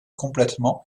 complètement